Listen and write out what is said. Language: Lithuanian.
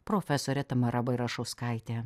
profesorė tamara bairašauskaitė